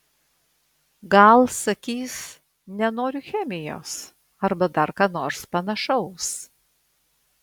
gal sakys nenoriu chemijos arba dar ką nors panašaus